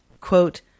quote